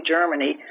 Germany